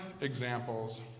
examples